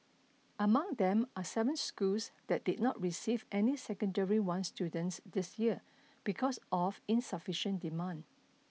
among them are seven schools that did not receive any secondary once students this year because of insufficient demand